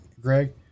Greg